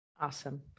Awesome